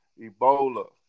Ebola